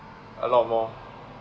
a lot more